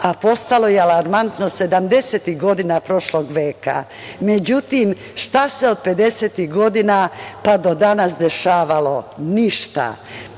a postalo je alarmantno 70-ih godina prošlog veka.Međutim, šta se od 50-ih godina pa do danas dešavalo? Ništa.